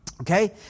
Okay